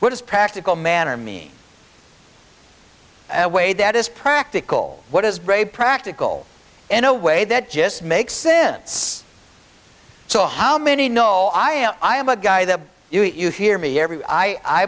what is practical manner mean and way that is practical what is brave practical in a way that just makes sense so how many know i am i am a guy that you hear me every